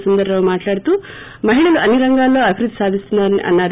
సుందరరావు మాట్లాడుతూ మహిళలు అన్ని రంగాల్లో అభివృద్ధి సాధిస్తున్నారని అన్నారు